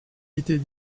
était